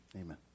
Amen